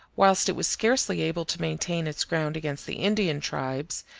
whilst it was scarcely able to maintain its ground against the indian tribes,